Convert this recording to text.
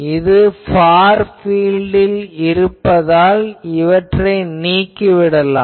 இது ஃபார் பீல்டில் இருப்பதால் இவற்றை நீக்கிவிடலாம்